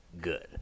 good